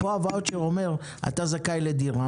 פה הוואוצ'ר אומר אתה זכאי לדירה,